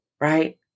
right